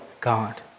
God